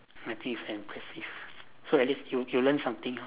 I think it's impressive so at least you you learn something lor